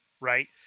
right